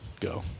go